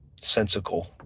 sensical